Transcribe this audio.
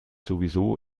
sowieso